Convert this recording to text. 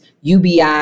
UBI